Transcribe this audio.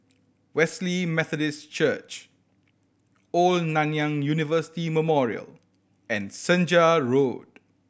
Wesley Methodist Church Old Nanyang University Memorial and Senja Road